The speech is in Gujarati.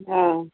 હા